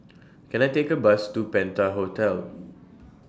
Can I Take A Bus to Penta Hotel